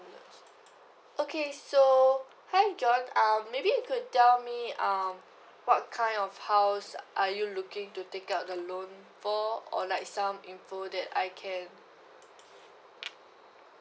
okay so hi john um maybe you could tell me um what kind of house are you looking to take up the loan for or like some information that I can